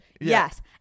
Yes